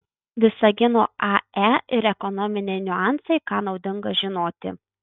visagino ae ir ekonominiai niuansai ką naudinga žinoti